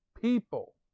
people